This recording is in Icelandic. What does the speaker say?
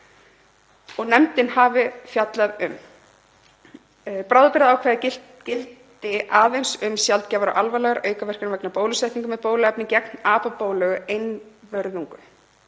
og nefndin hafi fjallað um. Bráðabirgðaákvæðið gildi aðeins um sjaldgæfar og alvarlegar aukaverkanir vegna bólusetninga með bóluefni gegn apabólu einvörðungu,